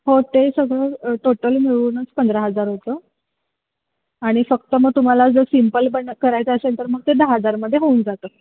हो ते सगळं टोटल मिळूनच पंधरा हजार होतं आणि फक्त मग तुम्हाला जर सिम्पल पण करायचं असेल तर मग ते दहा हजारमध्ये होऊन जातं